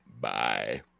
Bye